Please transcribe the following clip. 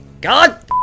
god